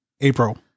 April